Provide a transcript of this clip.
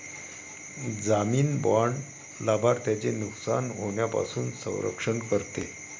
जामीन बाँड लाभार्थ्याचे नुकसान होण्यापासून संरक्षण करते